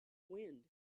wind